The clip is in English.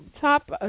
top